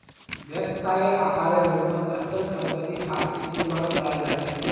व्यवसायेर आकारेर रूपत अचल सम्पत्ति काफी इस्तमाल कराल जा छेक